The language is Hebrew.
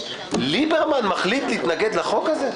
ליברמן מחליט להתנגד לחוק הזה?